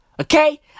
Okay